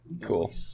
cool